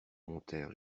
montèrent